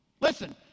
Listen